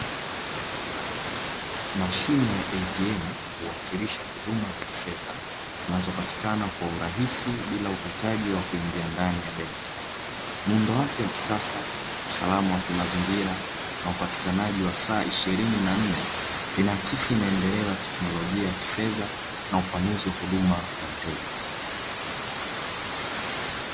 Mashine ya "ATM" huwakilisha huduma za kifedha, zinazopatikana kwa urahisi bila uhitaji wa kuingia ndani ya benki, muundo wake wa kisasa, usalama wa kimazingira na upatikanajiwa wa saa ishirini na nne zinaakisi muendelezo, tekinolojia ya kifedha na upanuzi kwa huduma kwa wateja.